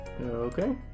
Okay